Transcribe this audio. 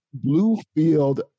Bluefield